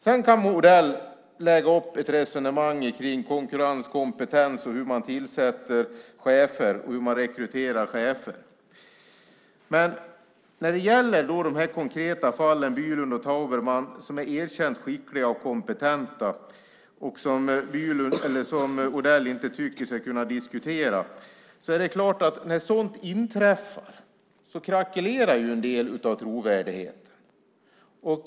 Odell kan lägga upp ett resonemang om konkurrens, kompetens, hur man tillsätter chefer och hur man rekryterar chefer. Men jag tänker på de här konkreta fallen, Bylund och Tauberman som är erkänt skickliga och kompetenta och som Odell inte tycker sig kunna diskutera. Det är klart att när sådant inträffar krackelerar en del av trovärdigheten.